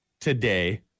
today